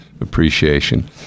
appreciation